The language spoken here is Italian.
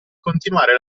continuare